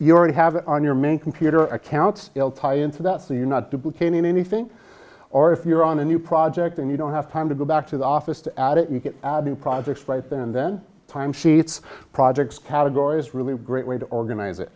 you already have it on your main computer accounts will tie into that so you not duplicating anything or if you're on a new project and you don't have time to go back to the office to add it you get new projects placed and then time sheets projects categories really great way to organize